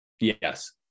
Yes